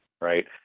right